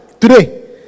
today